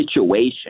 situation